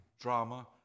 drama